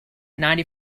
ninety